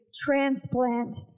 transplant